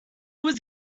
was